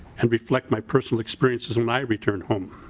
and reflect my personal expenses when i returned home.